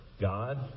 God